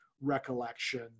recollection